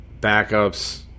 backups